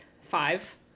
five